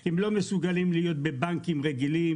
כי הם לא מסוגלים להיות בבנקים רגילים,